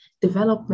development